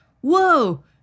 whoa